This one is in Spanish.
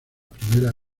primera